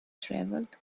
travelled